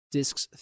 Discs